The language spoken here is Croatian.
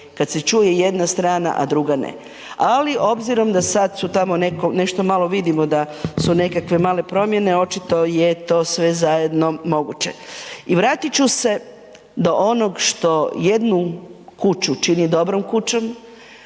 kada se čuje jedna strana, a druga ne. Ali obzirom da sad su tamo nešto malo vidimo da su nekakve male promjene, očito je to sve zajedno moguće. I vratit ću se do onog što jednu kuću čini dobrom kućom,